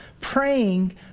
praying